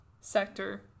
sector